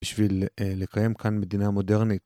בשביל לקיים כאן מדינה מודרנית.